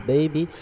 Baby